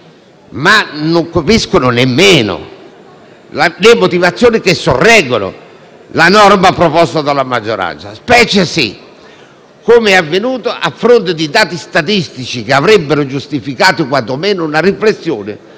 minoranza, ma nemmeno le motivazioni che sorreggono la norma proposta dalla maggioranza, specie se - come è avvenuto - a fronte di dati statistici che avrebbero giustificato quantomeno una riflessione,